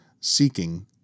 seeking